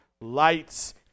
lights